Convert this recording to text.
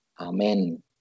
Amen